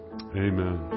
Amen